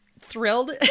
thrilled